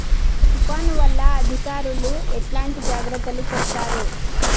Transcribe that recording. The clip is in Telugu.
తుఫాను వల్ల అధికారులు ఎట్లాంటి జాగ్రత్తలు చెప్తారు?